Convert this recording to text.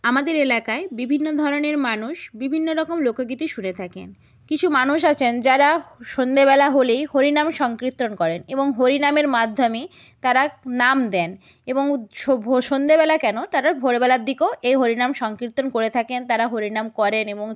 আমাদের এলাকায় বিভিন্ন ধরনের মানুষ বিভিন্ন রকম লোকগীতি শুনে থাকেন কিছু মানুষ আছেন যারা সন্ধ্যেবেলা হলেই হরিনাম সংকীর্তন করেন এবং হরিনামের মাধ্যমে তারা নাম দেন এবং সো ভো সন্ধেবেলা কেন তারা ভোরবেলার দিকেও এই হরিনাম সংকীর্তন করে থাকেন তারা হরিনাম করেন এবং